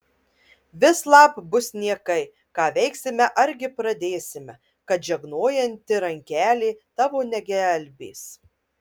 vislab bus niekai ką veiksime argi pradėsime kad žegnojanti rankelė tavo negelbės